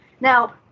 Now